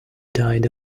died